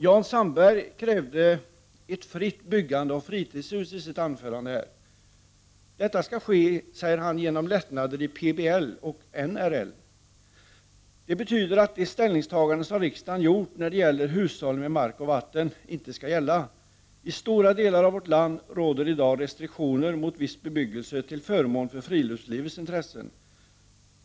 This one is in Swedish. Jan Sandberg krävde i sitt anförande ett fritt byggande av fritidshus. Detta skulle ske med hjälp av lättnader i PBL och NRL. Det betyder att det ställningstagande som riksdagen har gjort när det gäller hushållning med mark och vatten inte skall gälla. I stora delar av vårt land råder i dag restriktioner mot viss bebyggelse till förmån för friluftslivets intressen.